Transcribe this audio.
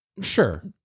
Sure